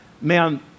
man